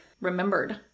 remembered